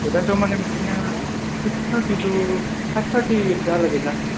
कयथासोयाव माने बिदिनो six thirty two five thirty सो हालागै जागोनदां